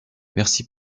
merci